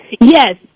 Yes